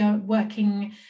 working